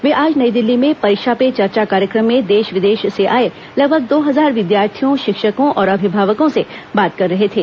वे आज नई दिल्ली में परीक्षा पे चर्चा कार्यक्रम में देश विदेश से आये लगभग दो हजार विद्यार्थियों शिक्षकों और अभिभावकों से बात कर रहे थे